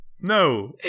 No